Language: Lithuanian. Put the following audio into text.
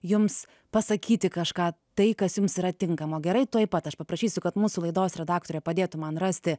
jums pasakyti kažką tai kas jums yra tinkamo gerai tuoj pat aš paprašysiu kad mūsų laidos redaktorė padėtų man rasti